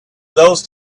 those